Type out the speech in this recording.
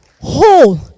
Whole